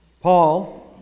Paul